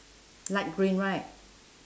light green right